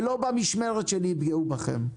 ולא במשמרת שלי יפגעו בכם.